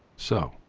so.